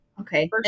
Okay